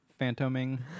phantoming